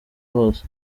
hose